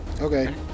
Okay